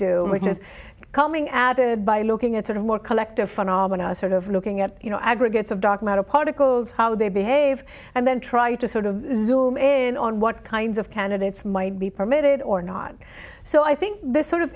do which is coming added by looking at sort of more collective phenomena sort of looking at you know aggregates of dark matter particles how they behave and then try to sort of zoom in on what kinds of candidates might be permitted or not so i think this sort of